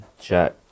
Jack